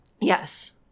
Yes